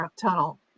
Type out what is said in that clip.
tunnel